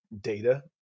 data